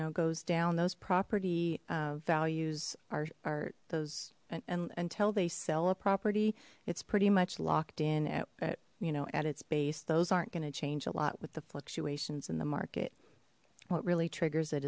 know goes down those property values are art those and until they sell a property it's pretty much locked in at you know at its base those aren't going to change a lot with the fluctuations in the market what really triggers